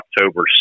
October